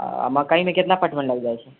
आ मकई मे कितना पटवन लागि जाइ छै